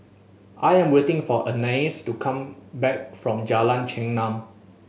I am waiting for Anais to come back from Jalan Chengam